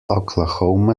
oklahoma